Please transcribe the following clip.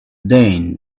then